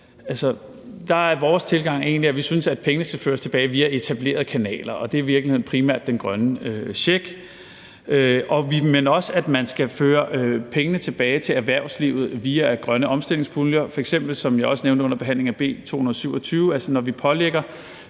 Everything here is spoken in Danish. Der er vores tilgang egentlig, at vi synes, at pengene skal føres tilbage via etablerede kanaler, og det er i virkeligheden primært den grønne check. Men vi synes også, at man skal føre pengene tilbage til erhvervslivet via grønne omstillingspuljer, f.eks. som jeg også nævnte under behandlingen af beslutningsforslag nr.